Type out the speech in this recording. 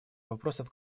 вопросов